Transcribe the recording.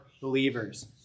believers